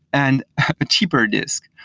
and a cheaper disk.